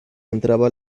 entraba